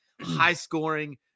high-scoring